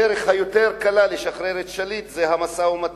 הדרך היותר קלה לשחרר את שליט זה המשא-ומתן,